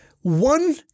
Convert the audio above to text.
One